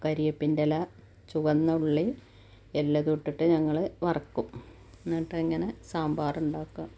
കരിയേപ്പിൻറ്റെ ഇല ചുവന്നുള്ളി എല്ലതുട്ടിട്ട് ഞങ്ങൾ വറക്കും എന്നട്ടിങ്ങനെ സാമ്പാറുണ്ടാക്കാം